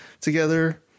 together